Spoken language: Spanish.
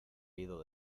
ido